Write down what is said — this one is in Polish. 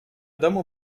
domu